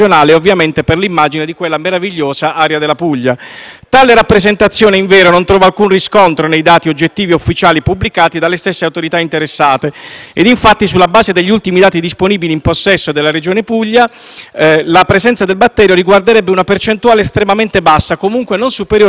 Tale rappresentazione, invero, non trova alcun riscontro nei dati oggettivi e ufficiali pubblicati dalle stesse autorità interessate. Infatti, sulla base degli ultimi dati disponibili in possesso della Regione Puglia, la presenza del batterio riguarderebbe una percentuale estremamente bassa, comunque non superiore all'1,8 per cento degli olivi presenti nel territorio interessato.